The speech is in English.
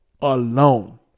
alone